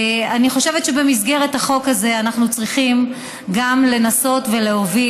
אני חושבת שבמסגרת החוק הזה אנחנו צריכים גם לנסות ולהוביל,